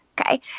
okay